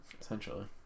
Essentially